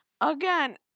Again